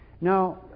Now